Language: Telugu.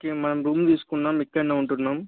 ఓకే మనం రూమ్ తీసుకుందాము ఇక్కడనే ఉంటున్నాము